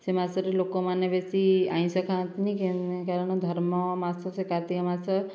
ସେ ମାସରେ ଲୋକ ମାନେ ବେଶୀ ଆଇଁସ ଖାଆନ୍ତିନି କାରଣ ଧର୍ମ ମାସ ସେ କାର୍ତ୍ତିକ ମାସ